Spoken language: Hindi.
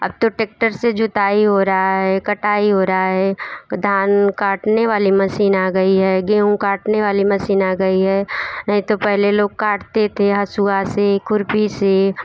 अब तो टेक्टर से जुताई हो रहा है कटाई हो रहा है धान काटने वाली मसीन आ गई है गेहूं काटने वाली मसीन आ गई है नहीं तो पहले लोग काटते थे हसुआ से खुरपी से